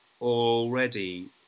already